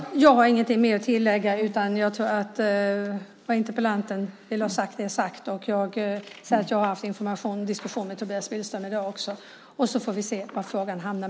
Herr talman! Jag har ingenting mer att tillägga. Jag tror att det interpellanten ville ha sagt är sagt. Jag har haft en diskussion med Tobias Billström i dag, och sedan får vi se var frågan hamnar.